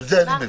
את זה אני מבין.